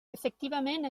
efectivament